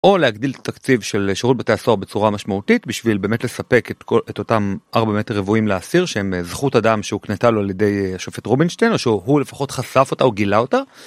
או להגדיל תקציב של שירות בתי הסוהר בצורה משמעותית בשביל באמת לספק את אותם 4 מטר רבועים לאסיר שהם זכות אדם שהוקנתה לו על ידי שופט רובינשטיין או שהוא לפחות חשף אותה או גילה אותה.